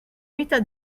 vita